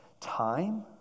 time